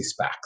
SPACs